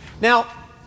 Now